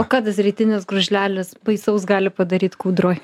o kas tas rytinis gružlelis baisaus gali padaryt kūdroj